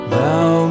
Thou